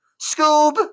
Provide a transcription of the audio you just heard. Scoob